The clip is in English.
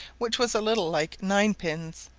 which was a little like nine-pins,